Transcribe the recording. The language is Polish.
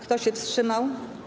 Kto się wstrzymał?